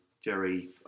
Jerry